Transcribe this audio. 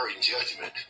judgment